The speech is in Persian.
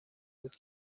بود